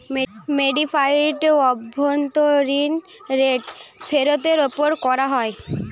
modified অভ্যন্তরীন rate ফেরতের ওপর করা হয়